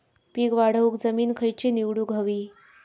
पीक वाढवूक जमीन खैची निवडुक हवी?